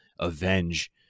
avenge